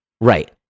right